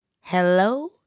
hello